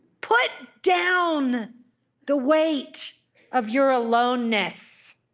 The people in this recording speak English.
put down the weight of your aloneness